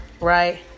right